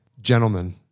Gentlemen